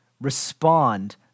respond